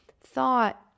thought